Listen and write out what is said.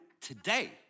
today